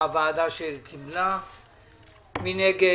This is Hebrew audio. מי נגד?